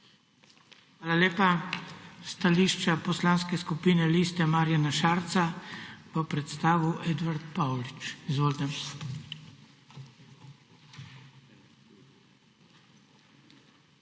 Hvala lepa. Stališče Poslanske skupine Liste Marjana Šarca bo predstavil Edvard Paulič. Izvolite.